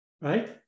right